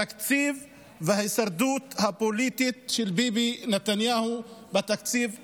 התקציב וההישרדות הפוליטית של ביבי נתניהו בתקציב הזה.